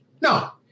No